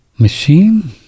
machine